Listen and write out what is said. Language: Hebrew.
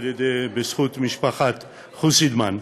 בזכות משפחת חוסידמן,